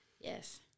Yes